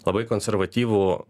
labai konservatyvų